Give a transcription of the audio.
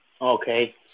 Okay